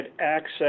access